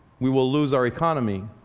we will lose our economy,